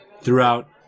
throughout